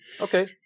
Okay